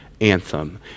anthem